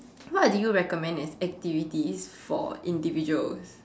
what do you recommend as activities for individuals